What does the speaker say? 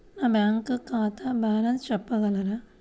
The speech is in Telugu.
నా బ్యాంక్ ఖాతా బ్యాలెన్స్ చెప్పగలరా?